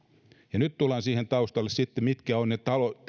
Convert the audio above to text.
ja nyt tullaan sitten siihen taustaan mitkä ovat ne